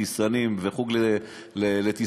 טיסנים וחוג לתספורות,